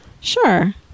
sure